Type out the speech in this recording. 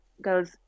goes